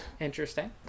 Interesting